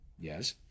Yes